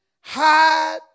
hide